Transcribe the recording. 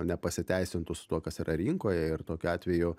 nepasiteisintų su tuo kas yra rinkoje ir tokiu atveju